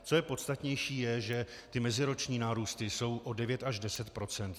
Co je podstatnější, je, že meziroční nárůsty jsou o 9 až 10 %.